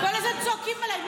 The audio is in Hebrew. כל הזמן צועקים עליי.